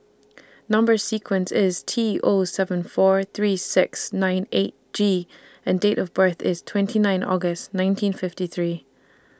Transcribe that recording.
Number sequence IS T O seven four three six nine eight G and Date of birth IS twenty nine August nineteen fifty three